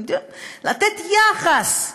לתת יחס,